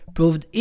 Proved